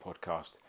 podcast